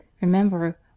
Remember